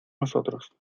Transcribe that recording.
nosotros